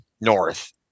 North